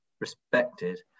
respected